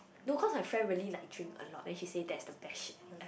no cause my friend really like drink a lot then she say that's the best shit ever